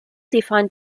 defined